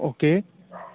okay